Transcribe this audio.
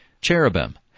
Cherubim